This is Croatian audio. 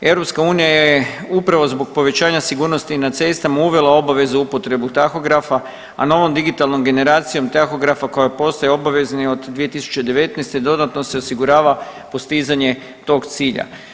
EU je upravo zbog povećanja sigurnosti na cestama uvela obavezu upotrebu tahografa a nad ovom digitalnom generacijom tahografa koja postaje obvezni od 2019. dodatno se osigurava postizanje tog cilja.